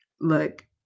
Look